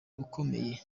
ukomeye